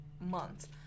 Months